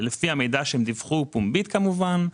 זה לפי המידע שהם דיווחו פומבית, כמובן.